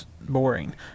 boring